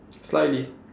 slightly